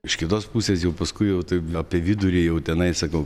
iš kitos pusės jau paskui jau taip apie vidurį jau tenai sakau